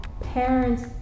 parents